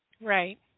right